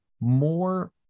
more